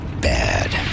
bad